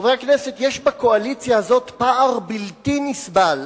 חברי הכנסת, יש בקואליציה הזאת פער בלתי נסבל